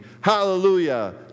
Hallelujah